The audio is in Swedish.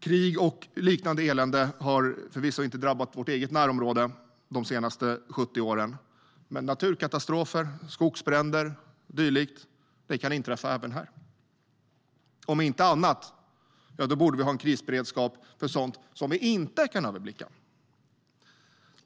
Krig och liknande elände har förvisso inte drabbat vårt eget närområde de senaste 70 åren, men naturkatastrofer, skogsbränder och dylikt kan inträffa även här. Om inte annat borde vi ha en krisberedskap för sådant som vi inte kan överblicka.